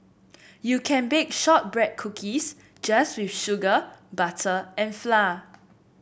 you can bake shortbread cookies just with sugar butter and flour